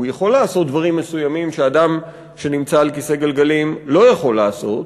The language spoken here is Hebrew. הוא יכול לעשות דברים מסוימים שאדם שנמצא על כיסא גלגלים לא יכול לעשות,